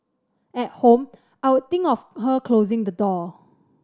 at home I'd think of her closing the door